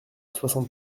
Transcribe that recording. soixante